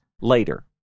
later